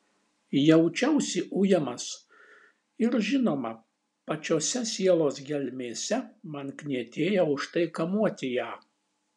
jaučiausi ujamas ir žinoma pačiose sielos gelmėse man knietėjo už tai kamuoti ją